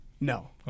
No